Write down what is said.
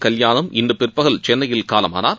கல்யாணம் இன்று பிற்பகல் சென்னையில் காலமானார்